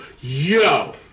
Yo